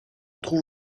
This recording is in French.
trouve